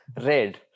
Red